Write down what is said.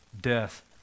death